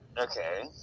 Okay